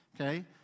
Okay